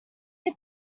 can